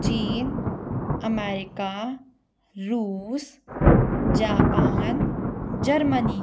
China America Russia Japan Germany